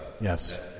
Yes